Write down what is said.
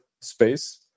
space